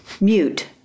mute